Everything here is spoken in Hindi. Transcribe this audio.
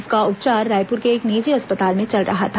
उसका उपचार रायपुर के एक निजी अस्पताल में चल रहा था